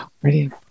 brilliant